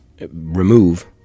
remove